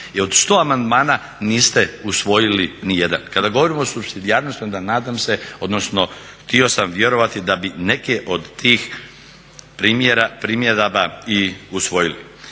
I od 100 amandman niste usvojili ni jedan. Kada govorim o supsidijarnosti onda nadam se, odnosno htio sam vjerovati da bi neke od tih primjera, primjedaba i usvojili.